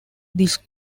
this